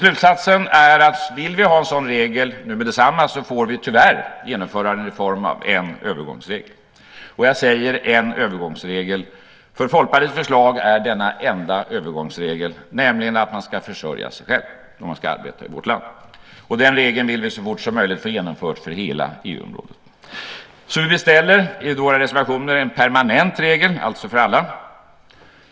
Slutsatsen är att vill vi ha en sådan regel med detsamma får vi tyvärr genomföra en reform med en övergångsregel. Jag säger en övergångsregel, för Folkpartiets förslag är denna enda övergångsregel, nämligen att man ska försörja sig själv om man ska arbeta i vårt land. Den regeln vill vi så fort som möjligt ha genomförd för hela EU-området. Vi beställer i våra reservationer en permanent regel, alltså för alla.